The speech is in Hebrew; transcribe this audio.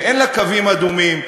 שאין לה קווים אדומים,